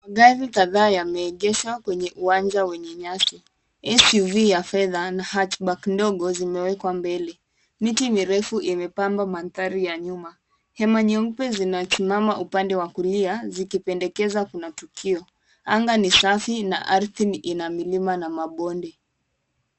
Gari kadhaa yameegeshwa kwenye uwanja wenye nyasi SUV ya fedha na hatchbag ndogo zimewekwa mbele. Miti mirefu imepambwa mandhari ya nyuma. Hema nyeupe zina simama upande wa kulia zikipendekeza kuna tukio. Anga ni safi na ardhi ina milima na mabonde.